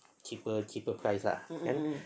cheaper cheaper price ah kan